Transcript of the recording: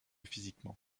physiquement